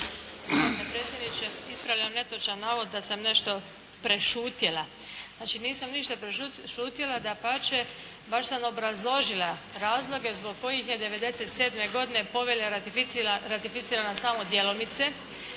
predsjedniče ispravljam netočan navod da sam nešto prešutjela. Znači nisam ništa prešutjela. Dapače baš sam obrazložila razloge zbog kojih je 1997. godine Povelja ratificirana samo djelomice